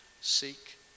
seek